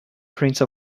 prince